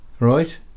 Right